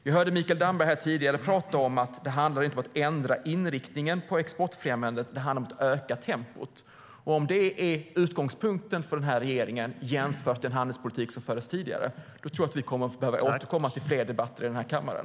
Vi hörde Mikael Damberg här tidigare tala om att det inte bara handlar om att ändra inriktningen på exportfrämjandet, utan att det handlar om att öka tempot. Om det är utgångspunkten för den här regeringen jämfört med den handelspolitik som fördes tidigare tror jag att vi kommer att behöva återkomma till fler debatter i kammaren.